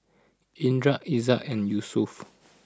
Indra Izzat and Yusuf